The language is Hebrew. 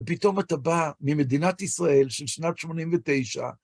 ופתאום אתה בא ממדינת ישראל של שנת שמונים ותשע,